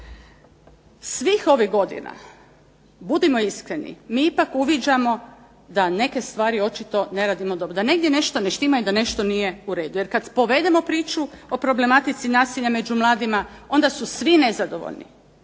Svih ovih godina, budimo iskreni, mi ipak uviđamo da neke stvari očito ne radimo dobro, da negdje nešto ne štima i da nešto nije u redu. Jer kad povedemo priču o problematici nasilja među mladima onda su svi nezadovoljni.